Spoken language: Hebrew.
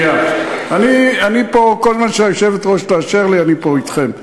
כל זמן שהיושבת-ראש תאשר לי, אני פה אתכם.